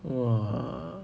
!wah!